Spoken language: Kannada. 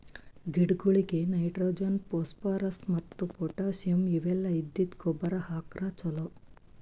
ಗಿಡಗೊಳಿಗ್ ನೈಟ್ರೋಜನ್, ಫೋಸ್ಫೋರಸ್ ಮತ್ತ್ ಪೊಟ್ಟ್ಯಾಸಿಯಂ ಇವೆಲ್ಲ ಇದ್ದಿದ್ದ್ ಗೊಬ್ಬರ್ ಹಾಕ್ರ್ ಛಲೋ